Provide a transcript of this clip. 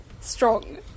strong